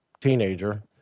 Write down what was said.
teenager